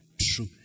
true